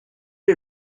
est